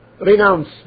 renounce